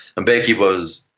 mbeki was,